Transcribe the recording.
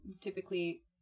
typically